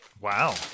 Wow